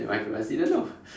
uh my my teacher no